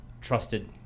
trusted